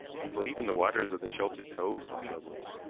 until even the waters of the sheltered coves were troubled.